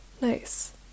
Nice